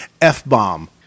F-bomb